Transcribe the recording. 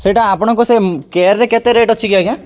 ସେଇଟା ଆପଣଙ୍କ ସେ କେୟାରରେ କେତେ ରେଟ୍ ଅଛି କି ଆଜ୍ଞା